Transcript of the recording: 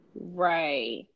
Right